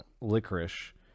licorice